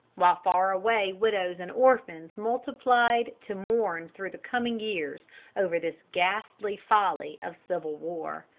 while far-away widows and orphans multiplied to mourn through the coming years over this ghastly folly of civil war.